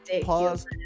pause